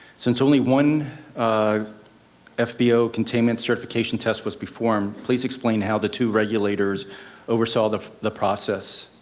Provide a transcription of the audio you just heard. since only one um ah fbo containment certification test was performed, please explain how the two regulators oversaw the the process.